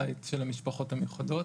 הבית של המשפחות המיוחדות.